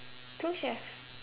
two chefs